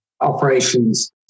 operations